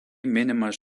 minimas